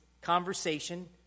conversation